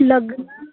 लग्न